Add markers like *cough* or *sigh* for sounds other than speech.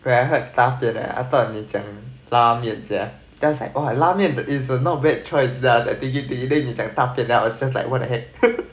when I heard 大便 then I thought 你讲拉面 sia 拉面 is not bad choice then I thinking thinking then 你讲大便 I was just like what the heck *laughs*